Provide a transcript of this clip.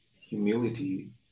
humility